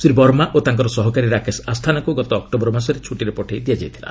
ଶ୍ରୀ ବର୍ମା ଓ ତାଙ୍କର ସହକାରୀ ରାକେଶ ଆସ୍ଥାନାଙ୍କୁ ଅଗ ଅକ୍ଟୋବର ମାସରେ ଛୁଟିରେ ପଠାଇ ଦିଆଯାଇଥିଲା